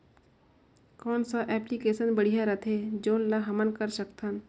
कौन सा एप्लिकेशन बढ़िया रथे जोन ल हमन कर सकथन?